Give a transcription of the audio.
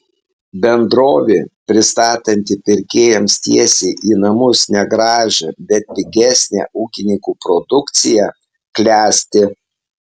bendrovė pristatanti pirkėjams tiesiai į namus negražią bet pigesnę ūkininkų produkciją klesti